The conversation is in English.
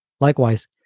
Likewise